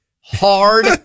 hard